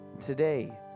Today